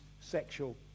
sexual